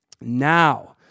Now